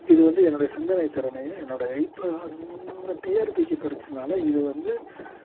இதுவந்து என்னுடைய சிந்தனைத் திறனையும் என்னோட இப்போ அந்த டிஆர்பிக்கு படித்தனால இதுவந்து